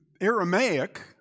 Aramaic